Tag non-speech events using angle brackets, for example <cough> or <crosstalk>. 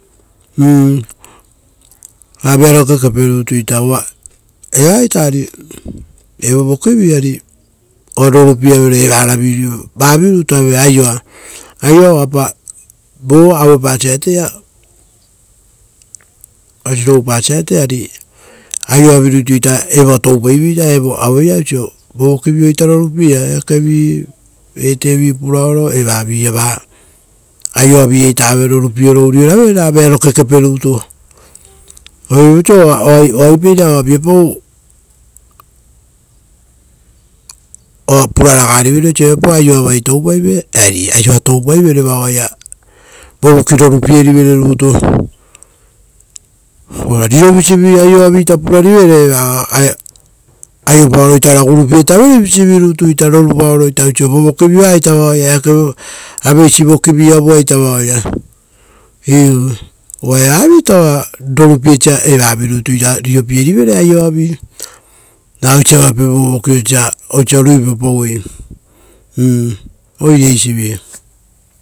U, ra vearo kekepei rutu ita, uva evaita ari evo vokivi ari oa rorupie avere evaravi, vavi rutu aue aioa aioapa, vova auepa saite varata <unintelligible> ari aioavirutu toupai veira evo aueia oiso, vovokivio ita rorupiea eake vi eakevi puraoro, evavia va, aioavi iaita va rorupie oro uriora ra vearo kekepe rutu. Uvare viapau oiso oai oipeira oaviapau, oa puraraga rivere osa viapau aio avai toupaive, eari aioa toupaivere vao oaia vovoki rorupie rivere rutu. Ora rirovisivi aioa purarivere, oa aiopaoro ora gurutavere visi vi rutu rorupaoro ita oiso vovokivio a ita vao apeisi vokivi avuaita vaoia. Iu, uva evavita oa rorupiesa evavirutu ita riropie rivere aioavi. ra oisi avape vovoki osa oisi riupapauei oire eisivi.